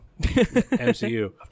MCU